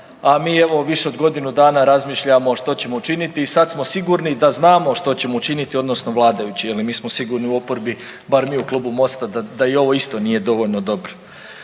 a mi evo više od godinu dana razmišljamo što ćemo učiniti i sada smo sigurni da znamo što ćemo učiniti odnosno vladajući. Je li mi smo sigurni u oporbi, bar mi u Klubu Mosta da ovo isto nije dovoljno dobro.